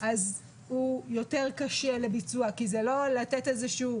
הוא יותר קשה לביצוע, כי זה לא לתת איזשהו